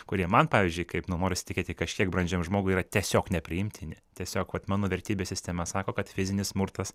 kurie man pavyzdžiui kaip nu norisi tikėti kažkiek brandžiam žmogui yra tiesiog nepriimtini tiesiog vat mano vertybės sistema sako kad fizinis smurtas